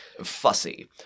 fussy